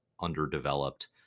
underdeveloped